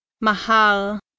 Mahal